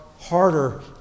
harder